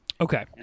Okay